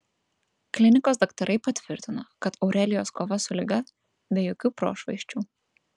klinikos daktarai patvirtino kad aurelijos kova su liga be jokių prošvaisčių